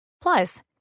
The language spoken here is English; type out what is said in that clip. Plus